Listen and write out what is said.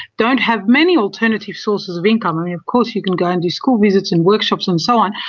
don't have many alternative sources of income. ah and of course you can go and do school visits and workshops and so on,